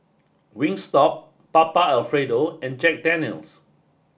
Wingstop Papa Alfredo and Jack Daniel's